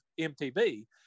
MTV